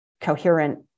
coherent